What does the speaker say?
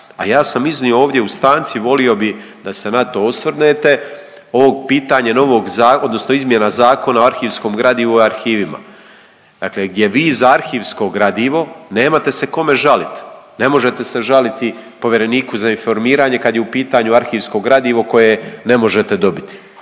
a ja sam iznio ovdje u stanci, volio bih da se na to osvrnete ovog pitanja novog zakona, odnosno izmjena Zakona o arhivskom gradivu i arhivima dakle gdje vi za arhivsko gradivo nemate se kome žaliti. Ne možete se žaliti povjereniku za informiranje kad je u pitanju arhivsko gradivo koje ne možete dobiti.